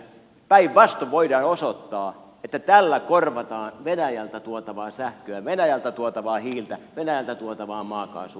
päinvastoin voidaan osoittaa että tällä korvataan venäjältä tuotavaa sähköä ja venäjältä tuotavaa hiiltä venäjältä tuotavaa maakaasua